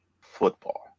football